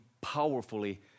powerfully